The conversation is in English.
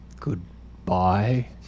goodbye